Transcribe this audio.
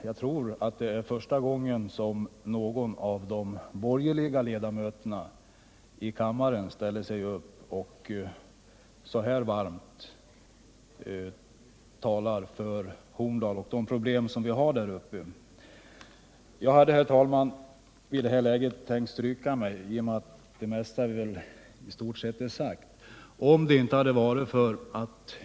Jag tror att det är första gången som en borgerlig ledamot i kammaren ställer sig upp och så varmt talar för Horndal och problemen där. Jag hade, herr talman, i det här läget tänkt stryka mig därför att i stort sett har det mesta blivit sagt.